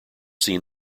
seen